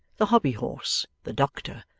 the hobby-horse, the doctor,